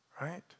Right